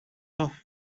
off